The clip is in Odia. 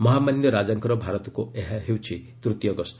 ମହାମାନ୍ୟ ରାଜାଙ୍କର ଭାରତକୁ ଏହା ହେଉଛି ତୂତୀୟ ଗସ୍ତ